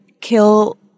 kill